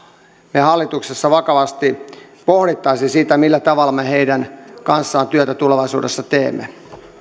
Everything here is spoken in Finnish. me hallituksessa vakavasti pohtisimme sitä millä tavalla me heidän kanssaan työtä tulevaisuudessa teemme